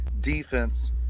defense